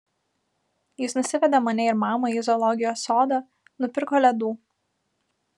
jis nusivedė mane ir mamą į zoologijos sodą nupirko ledų